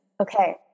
Okay